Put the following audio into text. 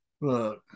Look